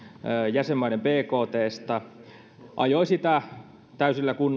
jäsenmaiden bktstä ja ajoi sitä täysillä